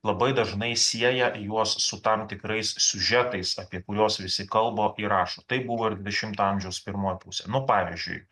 labai dažnai sieja juos su tam tikrais siužetais apie kuriuos visi kalba ir rašo tai buvo ir dvidešimto amžiaus pirmoji pusė nu pavyzdžiui